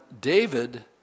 David